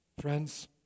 Friends